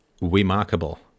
remarkable